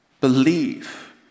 Believe